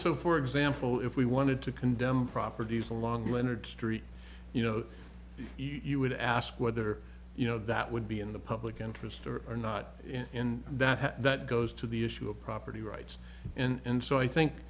so for example if we wanted to condemn properties along leonard street you know you would ask whether you know that would be in the public interest or not in that that goes to the issue of property rights and so i think